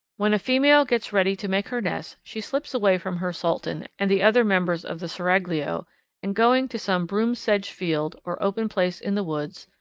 when a female gets ready to make her nest she slips away from her sultan and the other members of the seraglio and, going to some broom-sedge field or open place in the woods,